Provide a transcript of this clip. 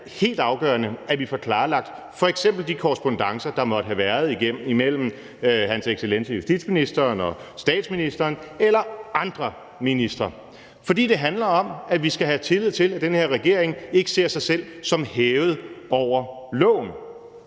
helt afgørende, at vi får klarlagt f.eks. de korrespondancer, der måtte have været mellem hans excellence justitsministeren og statsministeren eller mellem andre ministre, for det handler om, at vi skal have tillid til, at den her regering ikke ser sig selv som hævet over loven.